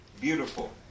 beautiful